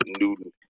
Newton